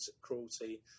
cruelty